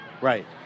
Right